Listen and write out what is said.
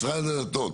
משרד הדתות